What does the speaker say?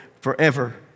forever